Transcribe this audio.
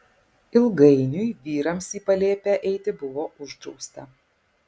ilgainiui vyrams į palėpę eiti buvo uždrausta